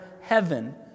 heaven